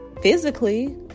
Physically